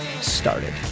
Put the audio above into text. started